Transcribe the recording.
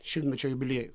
šimtmečio jubiliejų